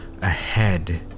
ahead